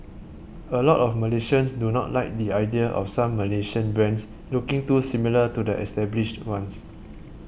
a lot of Malaysians do not like the idea of some Malaysian brands looking too similar to the established ones